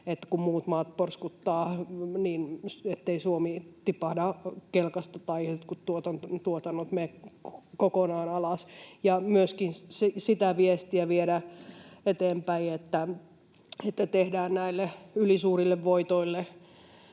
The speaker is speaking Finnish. että kun muut maat porskuttavat, Suomi tipahtaisi kelkasta tai jotkut tuotannot menisivät kokonaan alas. Myöskin sitä viestiä täytyy viedä eteenpäin, että tehdään näille ylisuurille voitoille